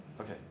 Okay